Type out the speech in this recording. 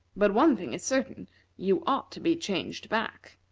but one thing is certain you ought to be changed back.